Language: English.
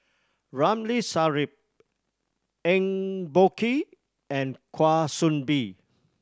Ramli Sarip Eng Boh Kee and Kwa Soon Bee